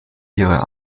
ihre